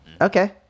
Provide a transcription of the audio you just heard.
Okay